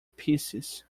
pieces